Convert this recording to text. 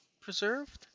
preserved